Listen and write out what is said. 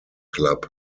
club